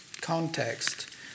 context